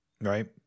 Right